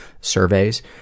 surveys